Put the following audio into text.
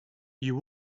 you